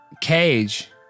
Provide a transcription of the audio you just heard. cage